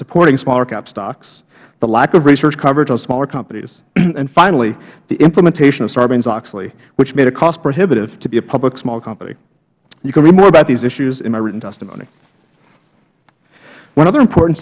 supporting smaller cap stocks the lack of research coverage on smaller companies and finally the implementation of sarbanesoxley which made it cost prohibitive to be a public small company you can read more about these issues in my written testimony one other important